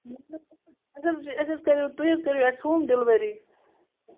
اسہِ حَظ اسہِ حَظ کرِیو تُہۍ حَظ کرِیو اسہِ ہوم ڈیلوری